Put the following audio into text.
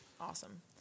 Awesome